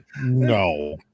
No